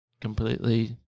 completely